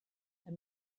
and